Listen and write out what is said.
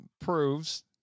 proves